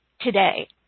today